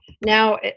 Now